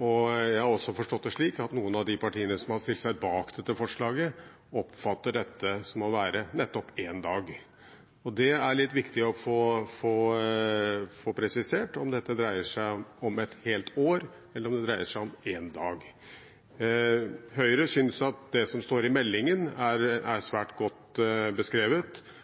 Jeg har også forstått det slik at noen av de partiene som har stilt seg bak dette forslaget, oppfatter dette som å være nettopp én dag. Det er litt viktig å få presisert om dette dreier seg om et helt år, eller om det dreier seg om én dag. Høyre synes at det som står i meldingen, er svært godt beskrevet,